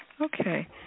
Okay